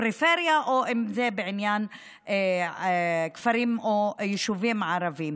בפריפריה ואם זה בכפרים או יישובים ערביים.